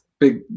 Big